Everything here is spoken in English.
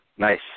Nice